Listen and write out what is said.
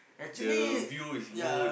the view is good